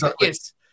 Yes